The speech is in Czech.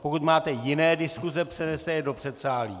Pokud máte jiné diskuse, přeneste je do předsálí.